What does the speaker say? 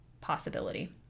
possibility